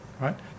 right